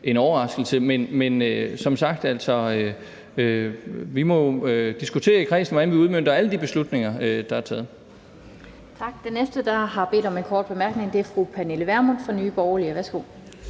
en overraskelse. Men som sagt: Vi må jo diskutere i kredsen, hvordan vi udmønter alle de beslutninger, der er taget.